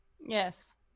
Yes